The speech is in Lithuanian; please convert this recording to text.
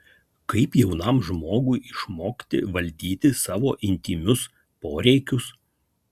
kaip jaunam žmogui išmokti valdyti savo intymius poreikius